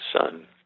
son